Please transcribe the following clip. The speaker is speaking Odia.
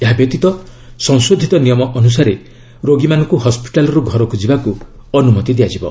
ଏହା ବ୍ୟତୀତ ସଂଶୋଧିତ ନିୟମ ଅନୁସାରେ ରୋଗୀମାନଙ୍କୁ ହସ୍କିଟାଲ୍ରୁ ଘରକୁ ଯିବାକୁ ଅନୁମତି ଦିଆଯିବ